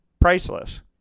Priceless